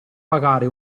pagare